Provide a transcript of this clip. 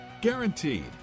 Guaranteed